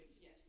Yes